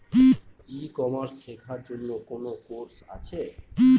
ই commerce শেক্ষার জন্য কোন কোর্স আছে?